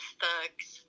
thugs